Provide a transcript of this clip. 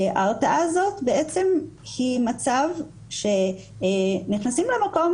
ההרתעה הזאת בעצם היא מצב שנכנסים למקום